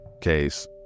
case